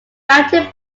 mountain